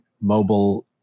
mobile